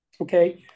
Okay